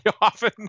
often